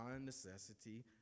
necessity